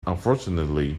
unfortunately